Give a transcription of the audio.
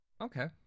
Okay